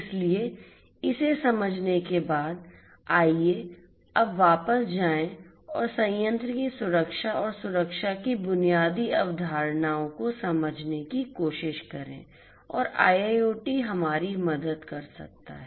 इसलिए इसे समझने के बाद आइए अब वापस जाएं और संयंत्र की सुरक्षा और सुरक्षा की बुनियादी अवधारणाओं को समझने की कोशिश करें और IIoT हमारी मदद कर सकता है